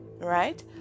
Right